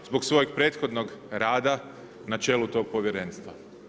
Zbog svojeg prethodnog rada na čelu tog Povjerenstva.